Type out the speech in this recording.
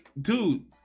Dude